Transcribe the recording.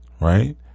right